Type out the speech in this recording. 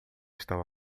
estão